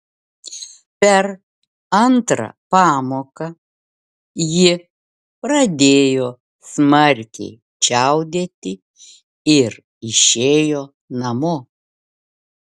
per antrą pamoką ji pradėjo smarkiai čiaudėti ir išėjo namo